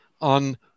on